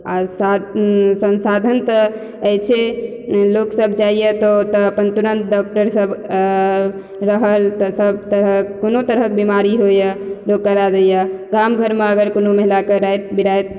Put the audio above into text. आर साध संसाधन तऽ अछिये लोकसभ जाइया तऽ अपन तुरन्त डॉक्टर सभ रहल सब तरहक कोनो तरहक बीमारी होइया बुक करा दैए गाम घर मे अगर कोनो महिला के राति बिराति